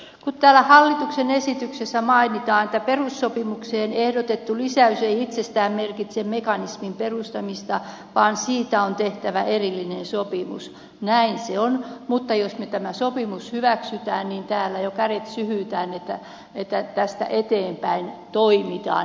kun täällä hallituksen esityksessä mainitaan että perussopimukseen ehdotettu lisäys ei itsessään merkitse mekanismin perustamista vaan siitä on tehtävä erillinen sopimus näin se on mutta jos me tämän sopimuksemme hyväksymme niin täällä jo kädet syyhyävät että tästä eteenpäin toimitaan